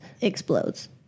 explodes